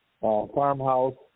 farmhouse